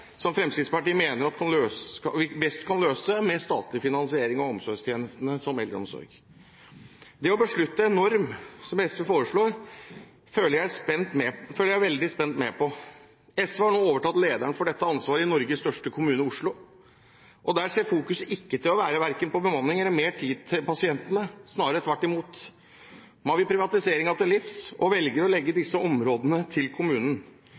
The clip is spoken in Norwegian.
eldreomsorg. Det å beslutte en norm, som SV foreslår, følger jeg veldig spent med på. SV har nå overtatt ledelsen for dette ansvaret i Norges største kommune, Oslo, og der ser vektleggingen ikke ut til å være verken på bemanning eller mer tid til pasientene – snarere tvert imot. Man vil privatiseringen til livs og velger å legge disse områdene til kommunen.